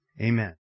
Amen